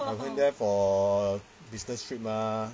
I went there for a business trip mah